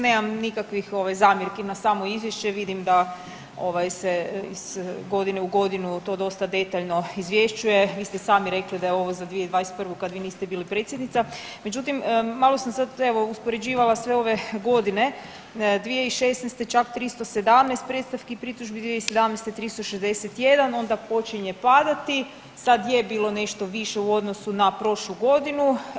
Nemam nikakvih ovaj, zamjerki na samo Izvješće, vidim da ovaj se iz godine u godinu to dosta detaljno izvješćuje, vi ste i sami rekli da je ovo za 2021. kad vi niste bili predsjednica, međutim, malo sam sad evo uspoređivala sve ove godine, 2016. čak 317 predstavki i pritužbi, 2017. 361, onda počinje padati, sad je bilo nešto više u odnosu na prošlu godinu.